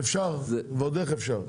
ועוד איך אפשר.